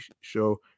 show